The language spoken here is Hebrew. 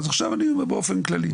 אז עכשיו אני אומר באופן כללי: